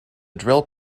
drill